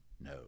No